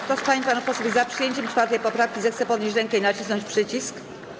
Kto z pań i panów posłów jest za przyjęciem 4. poprawki, zechce podnieść rękę i nacisnąć przycisk.